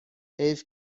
حیف